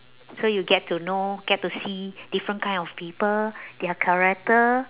so you get to know get to see different kind of people their character